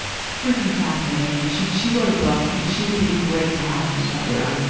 it's freaking fascinating. and she, she wrote a book, yeah she would be great to have on the show. yeah?